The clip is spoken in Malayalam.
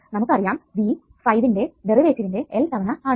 നമുക്ക് അറിയാം v ഫൈവിന്റെ ഡെറിവേറ്റീവിന്റെ L തവണ ആണെന്ന്